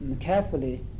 carefully